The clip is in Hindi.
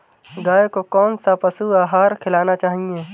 गाय को कौन सा पशु आहार खिलाना चाहिए?